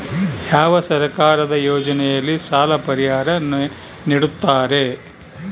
ಯಾವ ಸರ್ಕಾರದ ಯೋಜನೆಯಲ್ಲಿ ಸಾಲ ಪರಿಹಾರ ನೇಡುತ್ತಾರೆ?